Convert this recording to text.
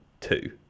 two